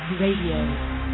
RADIO